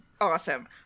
awesome